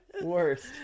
Worst